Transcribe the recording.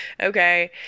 okay